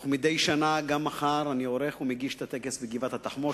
וכמדי שנה גם מחר אני עורך ומגיש את הטקס בגבעת-התחמושת,